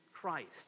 Christ